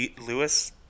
Lewis